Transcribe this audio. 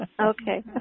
Okay